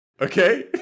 Okay